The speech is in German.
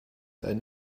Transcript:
einen